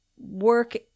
work